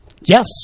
Yes